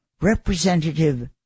Representative